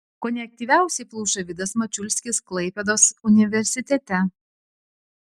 kone aktyviausiai pluša vidas mačiulskis klaipėdos universitete